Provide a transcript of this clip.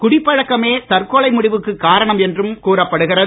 குடிப் பழக்கமே தற்கொலை முடிவுக்கு காரணம் என்றும் கூறப்படுகிறது